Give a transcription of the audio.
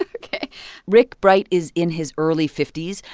ok rick bright is in his early fifty s,